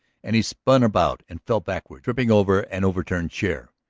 and he spun about and fell backward, tripping over an overturned chair.